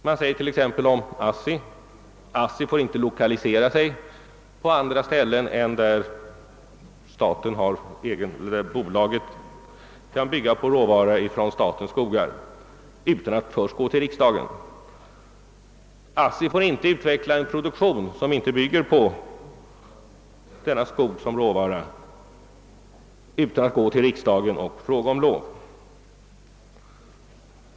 Man säger t.ex. om ASSI: ASSI får inte lokalisera sig på andra ställen än där bolaget kan bygga på en råvara från statens skogar och det får inte heller utveckla en produktion, som inte bygger på statlig skog som råvara, utan att först gå till riksdagen och fråga om lov.